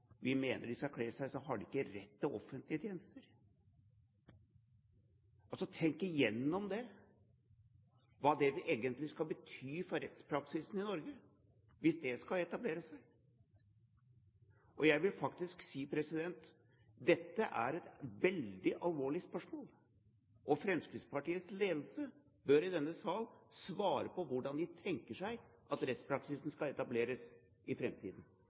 vi mener de skal kle seg, har de ikke rett til offentlige tjenester? Tenk igjennom det – hva det egentlig skal bety for rettspraksisen i Norge, hvis det skal etablere seg! Jeg vil faktisk si: Dette er et veldig alvorlig spørsmål, og Fremskrittspartiets ledelse bør i denne sal svare på hvordan de tenker seg at rettspraksisen skal etableres i